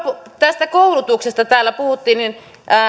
tästä koulutuksesta täällä puhuttiin